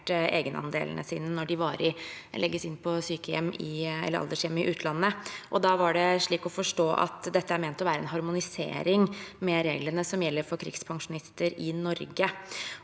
egenandelene sine når de varig legges inn på sykehjem eller aldershjem i utlandet. Da var det slik å forstå at dette er ment å være en harmonisering med reglene som gjelder for krigspensjonister i Norge.